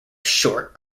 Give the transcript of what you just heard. short